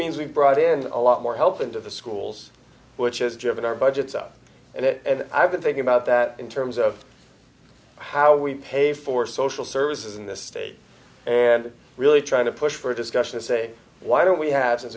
means we've brought in a lot more help into the schools which is driven our budgets up and it and i've been thinking about that in terms of how we pay for social services in this state and really trying to push for discussion to say why don't we ha